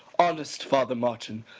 honest father martin.